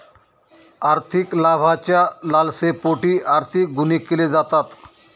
आर्थिक लाभाच्या लालसेपोटी आर्थिक गुन्हे केले जातात